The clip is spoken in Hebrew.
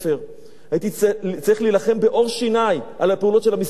הייתי צריך להילחם בעור שיני על הפעולות של המיסיון בפתח-תקווה.